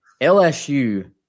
LSU